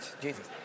Jesus